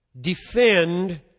defend